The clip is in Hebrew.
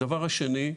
הדבר השני,